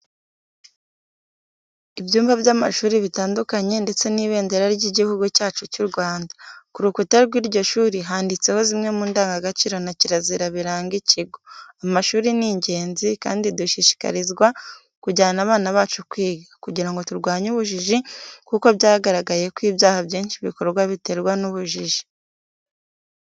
Ibyumba by'amashuri bitandukanye ndetse n'ibendera ry'Igihugu cyacu cy'u Rwanda. Ku rukuta rw'iryo shuri handitseho zimwe mu ndangagaciro na kirazira biranga ikigo. Amashuri ni ingenzi, kandi dushishikarizwa kujyana abana bacu kwiga kugira ngo turwanye ubujiji kuko byaragaragaye ko ibyaha byinshi bikorwa biterwa n'ubujiji.